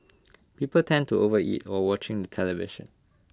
people tend to overeat while watching the television